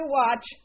watch